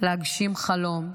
להגשים חלום.